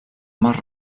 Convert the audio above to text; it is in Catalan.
mar